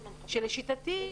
שלשיטתי,